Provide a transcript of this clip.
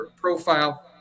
profile